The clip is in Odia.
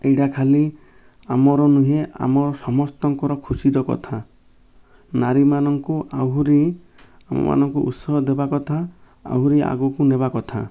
ଏଇଟା ଖାଲି ଆମର ନୁହେଁ ଆମ ସମସ୍ତଙ୍କର ଖୁସିର କଥା ନାରୀମାନଙ୍କୁ ଆହୁରି ଆମମାନଙ୍କୁ ଉତ୍ସାହ ଦେବା କଥା ଆହୁରି ଆଗକୁ ନେବା କଥା